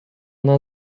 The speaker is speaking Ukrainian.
назва